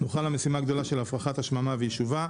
נוכל למשימה הגדולה של הפרחת השממה ויישובה".